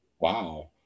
Wow